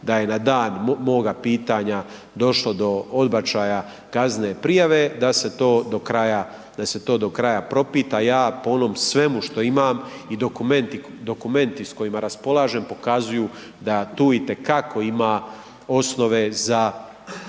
da je n dan moga pitanja došlo do odbačaje kaznene prijave da se to do kraja propita, ja po onom svemu što imam i dokumenti s kojima raspolažem, pokazuju da tu itekako ima osove za